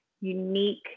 unique